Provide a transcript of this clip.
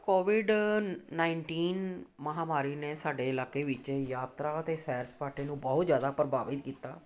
Covid nineteen ਮਹਾਂਮਾਰੀ ਨੇ ਸਾਡੇ ਇਲਾਕੇ ਵਿੱਚ ਯਾਤਰਾ ਅਤੇ ਸੈਰ ਸਪਾਟੇ ਨੂੰ ਬਹੁਤ ਜ਼ਿਆਦਾ ਪ੍ਰਭਾਵਿਤ ਕੀਤਾ